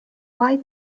why